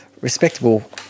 respectable